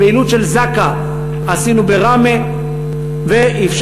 פעילות של זק"א עשינו בראמה ואפשרנו,